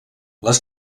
les